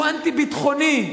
שהוא אנטי-ביטחוני.